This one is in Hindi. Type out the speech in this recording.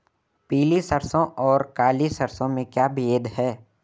पीली सरसों और काली सरसों में कोई भेद है?